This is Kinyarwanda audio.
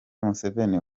museveni